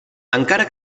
encara